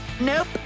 Nope